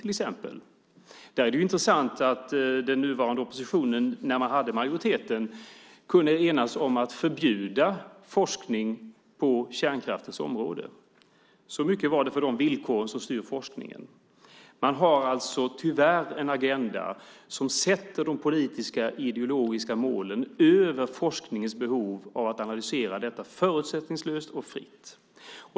Det är intressant att den nuvarande oppositionen när man hade majoriteten kunde enas om att förbjuda forskning på kärnkraftens område - så mycket för de villkor som styr forskningen. Man har tyvärr en agenda som sätter de politiska ideologiska målen över forskningens behov av att analysera detta förutsättningslöst och fritt.